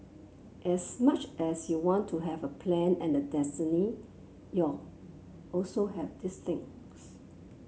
as much as you want to have a plan and a destiny you also have this things